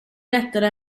lättare